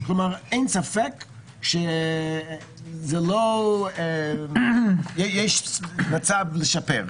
כלומר, אין ספק שיש מה לשפר.